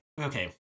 Okay